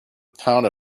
pound